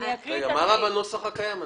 מה רע בנוסח הקיים?